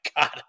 God